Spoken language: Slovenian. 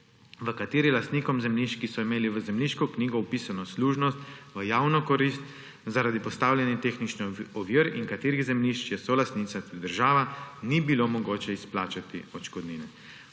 v kateri lastnikom zemljišč, ki so imeli v zemljiško knjigo vpisano služnost v javno korist zaradi postavljenih tehničnih ovire in katerih zemljišč je solastnica tudi država, ni bilo mogoče izplačati odškodnine.